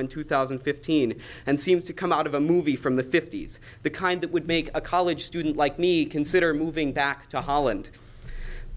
in two thousand and five teen and seems to come out of a movie from the fifty's the kind that would make a college student like me consider moving back to holland